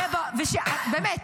באמת,